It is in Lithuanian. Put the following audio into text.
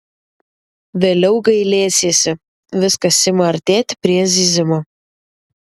vėliau gailėsiesi viskas ima artėti prie zyzimo